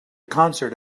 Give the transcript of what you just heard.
concert